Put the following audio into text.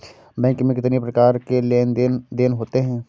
Bank में कितनी प्रकार के लेन देन देन होते हैं?